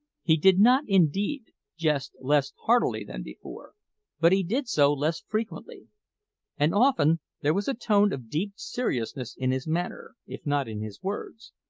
he did not, indeed, jest less heartily than before, but he did so less frequently and often there was a tone of deep seriousness in his manner, if not in his words,